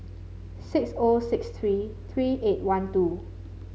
six O six three three eight one two